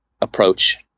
approach